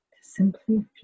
simply